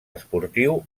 esportiu